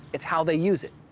it's how they use it.